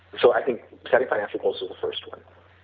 so i think setting financial goals is the first one.